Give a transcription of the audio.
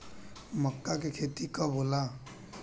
मक्का के खेती कब होला?